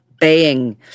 baying